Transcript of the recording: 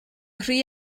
rhy